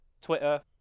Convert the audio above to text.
Twitter